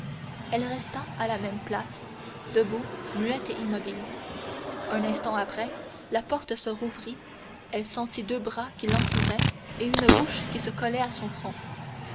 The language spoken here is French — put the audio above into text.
elle resta à la même place debout muette et immobile un instant après la porte se rouvrit elle sentit deux bras qui l'entouraient et une bouche qui se collait à son front